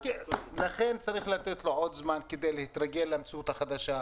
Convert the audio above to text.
לכן צריך לתת לו עוד זמן כדי להתרגל למציאות החדשה.